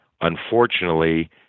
Unfortunately